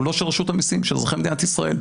הוא לא של רשות המיסים, של אזרחי מדינת ישראל.